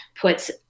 puts